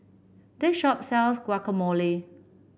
this shop sells Guacamole